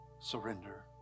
surrender